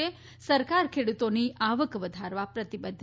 સરકાર ખેડૂતોની આવક વધારવા પ્રતિબદ્ધ